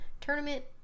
tournament